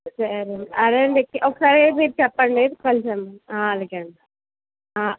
సరేనండి అదేండి ఒకసారి మీరు చెప్పండి కొంచెం అలాగే అండి